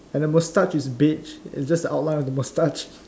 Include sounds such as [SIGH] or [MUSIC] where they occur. and the mustache is beige it's just the outline of the mustache [LAUGHS]